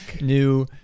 New